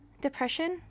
Depression